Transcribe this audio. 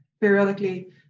periodically